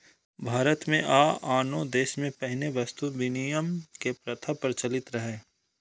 भारत मे आ आनो देश मे पहिने वस्तु विनिमय के प्रथा प्रचलित रहै